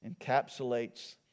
encapsulates